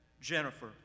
Jennifer